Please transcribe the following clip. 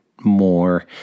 more